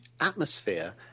atmosphere